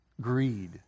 greed